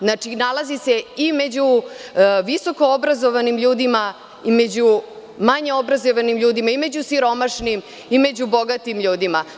Znači, nalazi se i među visoko obrazovanim ljudima i među manje obrazovanim ljudima, i među siromašnim, i među bogatim ljudima.